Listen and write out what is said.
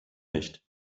nicht